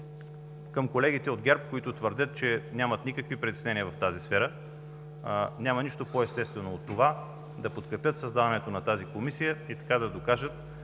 към колегите, към ГЕРБ, които твърдят, че нямат никакви притеснения в тази сфера, няма нищо по-естествено от това да подкрепят създаването на тази Комисия и да докажат,